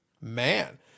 Man